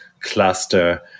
cluster